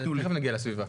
תיכף נגיע לסביבה.